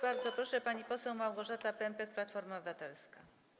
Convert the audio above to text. Bardzo proszę, pani poseł Małgorzata Pępek, Platforma Obywatelska.